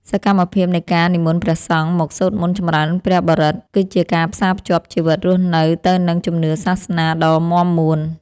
សកម្មភាពនៃការនិមន្តព្រះសង្ឃមកសូត្រមន្តចម្រើនព្រះបរិត្ត គឺជាការផ្សារភ្ជាប់ជីវិតរស់នៅទៅនឹងជំនឿសាសនាដ៏មាំមួន។